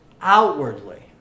outwardly